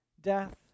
death